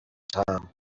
time